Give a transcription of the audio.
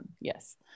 yes